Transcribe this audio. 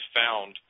found